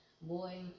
Boy